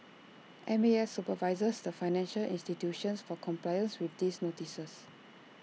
M A S supervises the financial institutions for compliance with these notices